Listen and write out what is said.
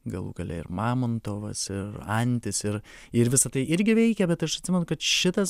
galų gale ir mamontovas ir antis ir ir visa tai irgi veikė bet aš atsimenu kad šitas